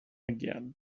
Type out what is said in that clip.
again